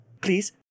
Please